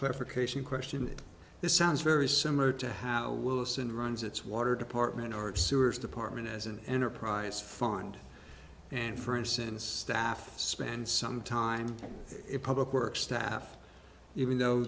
clarification question this sounds very similar to how wilson runs its water department or sewers department as an enterprise fund and for instance staff spend some time in public work staff even though